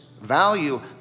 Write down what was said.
value